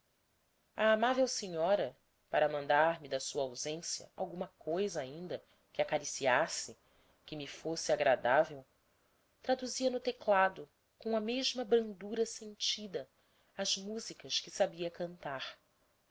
amável senhora para mandar-me da sua ausência alguma coisa ainda que acariciasse que me fosse agradável traduzia no teclado com a mesma brandura sentida as musicas que sabia cantar